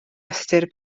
ystyr